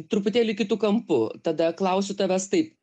truputėlį kitu kampu tada klausiu tavęs taip